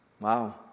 Wow